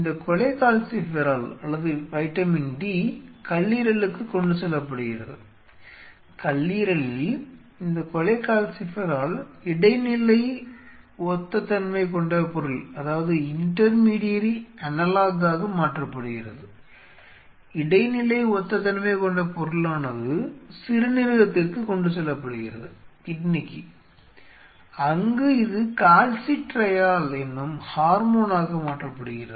இந்த கொலெகால்சிஃபெரால் அல்லது vitamin D கல்லீரலுக்கு கொண்டு செல்லப்படுகிறது கல்லீரலில் இந்த கொலெகால்சிஃபெரால் இடைநிலை ஒத்த தன்மை கொண்ட பொருளாக மாற்றப்படுகிறது இடைநிலை ஒத்த தன்மை கொண்ட பொருளானது சிறுநீரகத்திற்கு கொண்டு செல்லப்படுகிறது அங்கு இது கால்சிட்ரியால் எனும் ஹார்மோனாக மாற்றப்படுகிறது